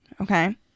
Okay